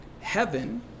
heaven